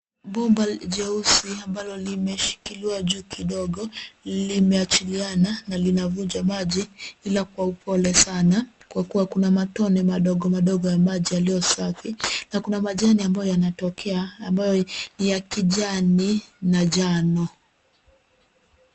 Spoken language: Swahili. Bomba jeusi ambalo limeshikikiliwa juu kidogo limeachiliana na linavuja maji ila kwa upole sana kwa kuwa kuna matone madogomadogo ya maji yaliyosafi na kuna majani ambayo yanatokea ambayo ni ya kijani na njano.